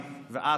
ואת,